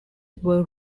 were